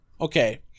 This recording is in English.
Okay